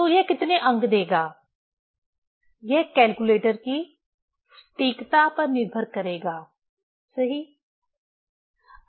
तो यह कितने अंक देगा यह कैलकुलेटर की सटीकता पर निर्भर करेगा सही